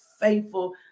faithful